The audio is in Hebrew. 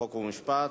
חוק ומשפט.